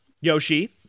Yoshi